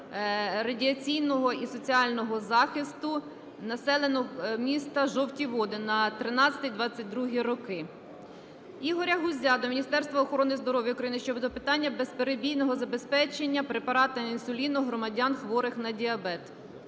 радіаційного і соціального захисту населення міста Жовті Води на 2013-2022 роки. Ігоря Гузя до Міністерства охорони здоров'я України щодо питання безперебійного забезпечення препаратами інсуліну громадян, хворих на діабет.